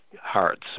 hearts